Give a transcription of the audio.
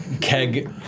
Keg